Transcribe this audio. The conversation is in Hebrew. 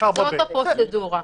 זאת הפרוצדורה.